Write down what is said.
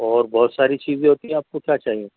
اور بہت ساری چیزیں ہوتی ہیں آپ کو کیا چاہیے